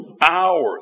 Hours